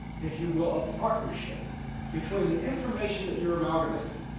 if you will, a partnership between the information that you're amalgamating